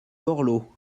borloo